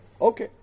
Okay